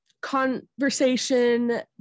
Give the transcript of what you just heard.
conversation